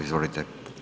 Izvolite.